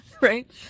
right